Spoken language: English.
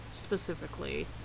specifically